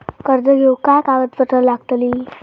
कर्ज घेऊक काय काय कागदपत्र लागतली?